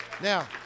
Now